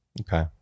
Okay